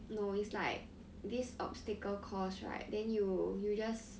no it's like this obstacle course right then you you just